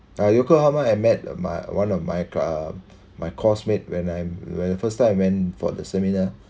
at yokohama I met my one of my ca~ my course mate when I'm when the first time I went for the seminar